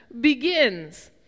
begins